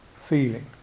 feeling